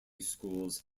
schools